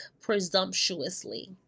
presumptuously